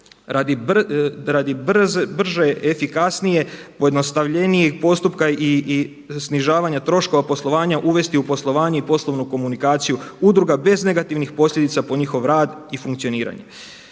radi brže, efikasnijeg i pojednostavljenijeg postupka i snižavanja troškova poslovanja uvesti u poslovanje i poslovnu komunikaciju udruga bez negativnih posljedica po njihov rad i funkcioniranje.